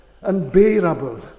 unbearable